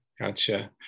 gotcha